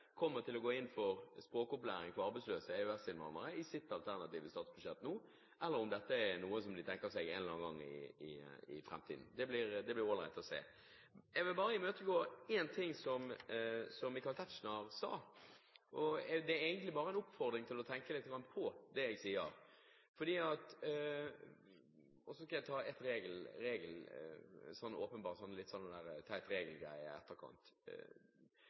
kommer til å gå inn for språkopplæring for arbeidsløse EØS-innvandrere i sitt alternative statsbudsjett nå, eller om dette er noe som de tenker seg en eller annen gang i framtiden. Det blir all right å se. Jeg vil bare imøtegå én ting som Michael Tetzschner sa; det er egentlig bare en oppfordring til å tenke litt på det jeg sier. Og så skal jeg ta en litt teit regelgreie i etterkant. Når man sier at